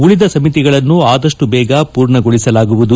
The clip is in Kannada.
ಉಳದ ಸಮಿತಿಗಳನ್ನು ಆದಷ್ಟು ಬೇಗ ಪೂರ್ಣಗೊಳಿಸಲಾಗುವುದು